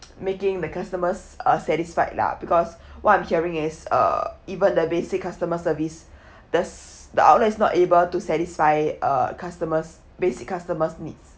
making the customers are satisfied lah because what I'm hearing is uh even the basic customer service there's the outlet is not able to satisfy uh customer's basic customers needs